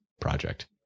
project